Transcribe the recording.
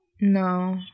No